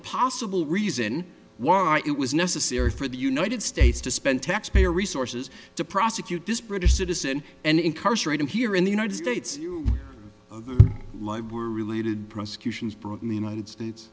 possible reason why it was necessary for the united states to spend taxpayer resources to prosecute this british citizen and incarcerate him here in the united states live were related prosecutions brought in the united states